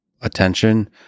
attention